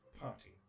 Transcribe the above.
party